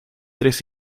tres